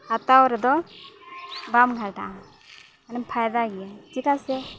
ᱦᱟᱛᱟᱣ ᱨᱮᱫᱚ ᱵᱟᱢ ᱜᱷᱟᱴᱟᱜᱼᱟ ᱢᱟᱱᱮᱢ ᱯᱷᱟᱭᱫᱟᱭ ᱜᱮᱭᱟ ᱪᱮᱫᱟᱜ ᱥᱮ